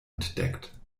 entdeckt